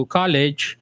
college